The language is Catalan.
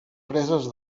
preses